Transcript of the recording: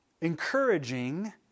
encouraging